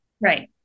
Right